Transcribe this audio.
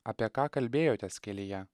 apie ką kalbėjotės kelyje